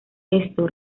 esto